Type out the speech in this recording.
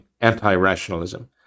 anti-rationalism